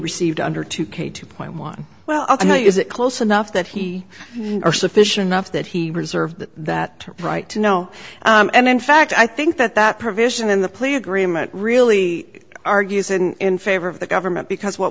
received under two k two point one well to me is it close enough that he are sufficient enough that he reserve that right to know and in fact i think that that provision in the plea agreement really argues in favor of the government because what